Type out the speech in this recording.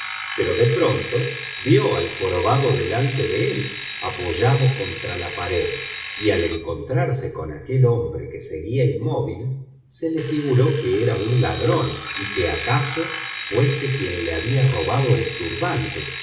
pero de pronto vio al jorobado delante de él apoyado contra la pared y al encontrarse con aquel hombre que seguía inmóvil se le figuró que era un ladrón y que acaso fuese quien le había robado el turbante